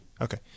Okay